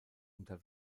unter